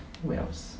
oh wells